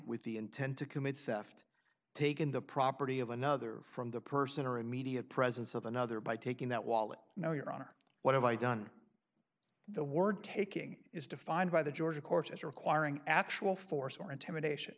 with the intent to commit sefton taken the property of another from the person or immediate presence of another by taking that wallet no your honor what have i done the word taking is defined by the georgia courts as requiring actual force or intimidation